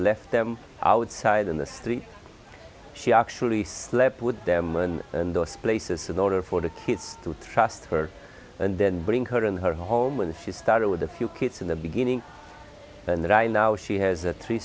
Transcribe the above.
left them outside in the street she actually slept with them and in those places in order for the kids to trust her and then bring her in her home and she started with a few kids in the beginning and that i now she has a three